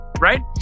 right